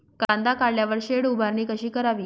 कांदा काढल्यावर शेड उभारणी कशी करावी?